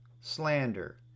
slander